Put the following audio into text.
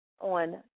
on